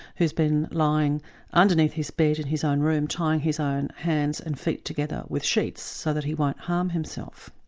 who's been lying underneath his bed in his own room tying his own hands and feet together with sheets so that he won't harm himself.